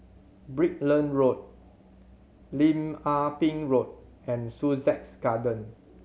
Brickland Road Lim Ah Pin Road and Sussex Garden